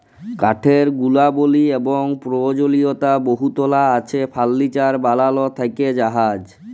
কাঠের গুলাবলি এবং পরয়োজলীয়তা বহুতলা আছে ফারলিচার বালাল থ্যাকে জাহাজ